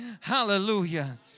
Hallelujah